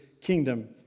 kingdom